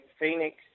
Phoenix